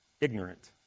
ignorant